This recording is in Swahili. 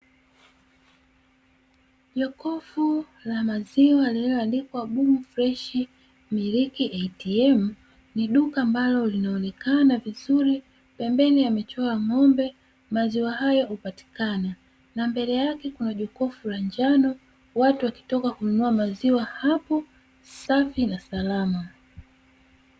Jokofu la maziwa lililoandikwa "Bumu freshi miliki atm" ni duka ambalo linaonekana vizuri, pembeni amechorwa ng'ombe maziwa hayo hupatikana na mbele yake kuna jokofu la njano watu wakitoka kununua maziwa hapo safi na salama.